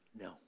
No